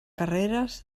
carreres